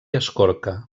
escorca